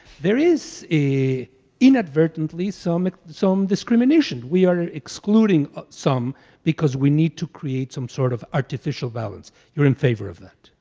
there is inadvertently some some discrimination. we are excluding some because we need to create some sort of artificial balance. you're in favor of that.